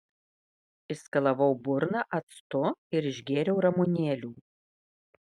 išskalavau burną actu ir išgėriau ramunėlių